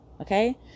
Okay